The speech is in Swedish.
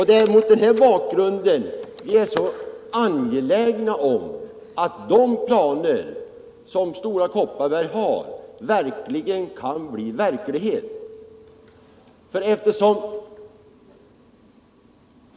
Det är mot denna bakgrund vi är så angelägna om att de planer som Stora Kopparberg har verkligen kan omsättas i praktiken.